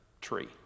tree